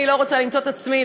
אני לא רוצה למצוא את עצמי,